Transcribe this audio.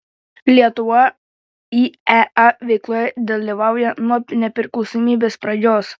lietuva iea veikloje dalyvauja nuo nepriklausomybės pradžios